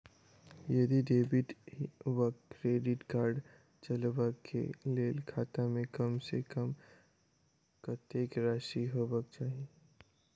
यदि डेबिट वा credit card चलबाक कऽ लेल खाता मे कम सऽ कम कत्तेक राशि हेबाक चाहि?